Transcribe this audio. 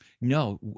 no